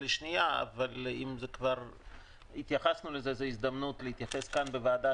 בזו אבל אם התייחסנו לזה זאת הזדמנות להתייחס לזה כאן בוועדה